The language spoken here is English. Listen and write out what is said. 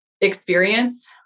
Experience